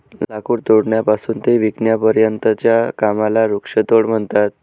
लाकूड तोडण्यापासून ते विकण्यापर्यंतच्या कामाला वृक्षतोड म्हणतात